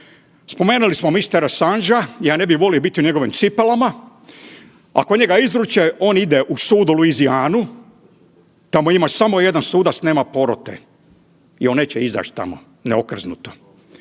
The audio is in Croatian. spomenuli smo mistera Asaangea, ja ne bih volio biti u njegovim cipelama, ako njega izruče on ide u sud u Louisianu, tamo ima samo jedan sudac nema porote i on neće izać tamo ne okrznuto.